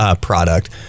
product